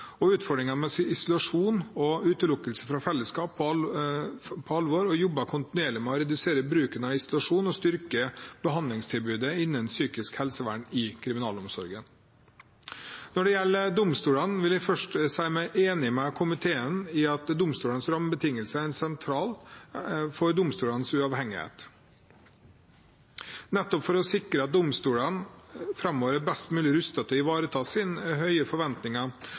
og utfordringene med isolasjon og utelukkelse fra fellesskapet – på alvor og jobber kontinuerlig med å redusere bruken av isolasjon og å styrke behandlingstilbudet innen psykisk helsevern i kriminalomsorgen. Når det gjelder domstolene, vil jeg først si meg enig med komiteen i at domstolenes rammebetingelser er sentrale for domstolenes uavhengighet. Nettopp for å sikre at domstolene framover er best mulig rustet til å ivareta høye forventninger